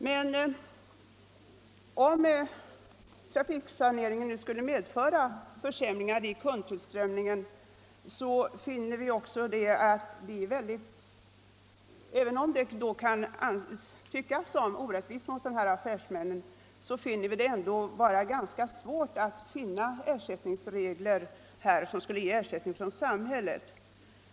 Men om trafiksaneringen skulle medföra försämringar i kundtillströmningen finner vi det ändå svårt att uppställa regler om ersättning från samhället.